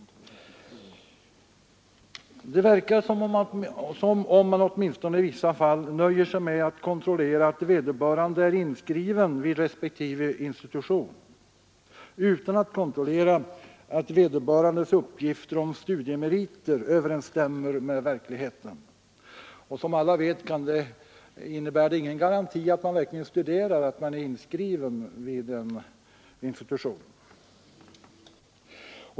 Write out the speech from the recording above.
Det verkar som om man åtminstone i vissa fall nöjer sig med att konstatera att vederbörande är inskriven vid respektive institution utan att kontrollera att hans uppgifter om studiemeriter överensstämmer med verkligheten. Som alla vet innebär det ingen garanti för att man verkligen studerar att man är inskriven vid en institution.